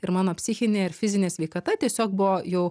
ir mano psichinė ir fizinė sveikata tiesiog buvo jau